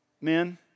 Men